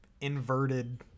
inverted